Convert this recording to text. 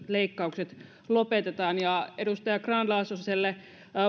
leikkaukset lopetetaan ja edustaja grahn laasoselle